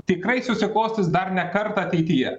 tikrai susiklostys dar ne kartą ateityje